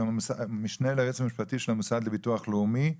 המשנה ליועץ המשפטי של המוסד לביטוח לאומי,